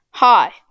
Hi